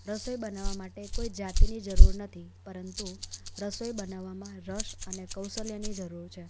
રસોઈ બનાવવા માટે કોઈ જાતિની જરૂર નથી પરંતુ રસોઈ બનાવામાં રસ અને કૌશલ્યની જરૂર છે